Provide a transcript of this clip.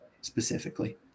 specifically